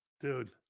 Dude